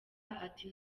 ati